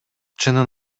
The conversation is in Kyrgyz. чынын